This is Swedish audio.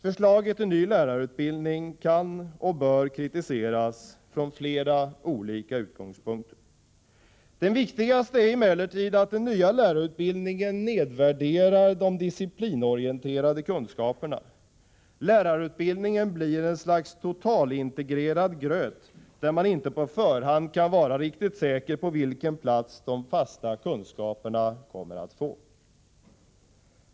Förslaget till ny lärarutbildning kan och bör kritiseras från flera olika utgångspunkter. Den viktigaste är emellertid att den nya lärarutbildningen nedvärderar de disciplinorienterade kunskaperna. Lärarutbildningen blir ett slags totalintegrerad gröt där man inte på förhand kan vara riktigt säker på vilken plats de fasta kunskaperna kommer att få.